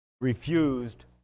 refused